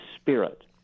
spirit